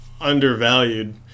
undervalued